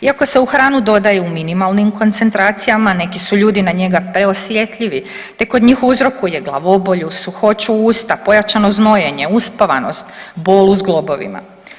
Iako se u hranu dodaju u minimalnim koncentracijama, neki su ljudi na njega preosjetljivi te kod njih uzrokuje glavobolju, suhoću usta, pojačano znojenje, uspavanost, bol u zglobovima.